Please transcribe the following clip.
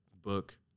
book